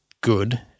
good